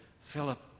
Philip